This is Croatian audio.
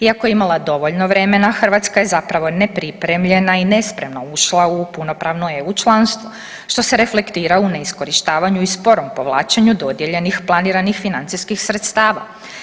Iako je imala dovoljno vremena Hrvatska je zapravo nepripremljena i nespremna ušla u punopravno EU članstvo što se reflektira u neiskorištavanju i sporom povlačenju dodijeljenih planiranih financijskih sredstava.